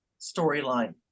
storyline